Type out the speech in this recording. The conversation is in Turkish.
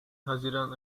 haziran